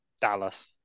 Dallas